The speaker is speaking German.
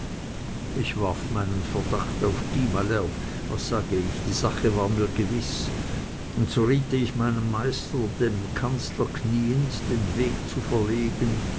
ich warf meinen verdacht auf gui malherbe was sage ich die sache war mir gewiß und so riet ich meinem meister dem kanzler knieend den weg zu verlegen